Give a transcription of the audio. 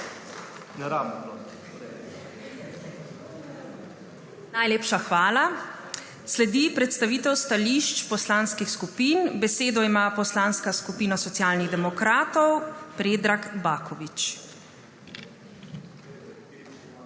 Najlepša hvala. Sledi predstavitev stališč poslanskih skupin. Besedo ima Poslanska skupina Socialnih demokratov, Predrag Baković.